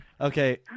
Okay